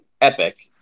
EPIC